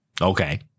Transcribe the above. Okay